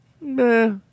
nah